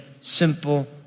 simple